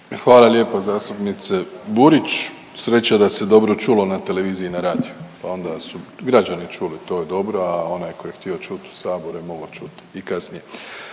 Hvala lijepa zastupnice Burić. Sreća da se dobro čulo na televiziji i na radiju pa onda su građani čuli to je dobro, a onaj tko je htio čut u Saboru je mogao čut i kasnije.